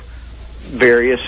various